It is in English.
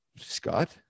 Scott